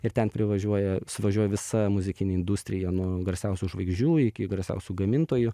ir ten privažiuoja suvažiuoja visa muzikinė industrija nuo garsiausių žvaigždžių iki garsiausių gamintojų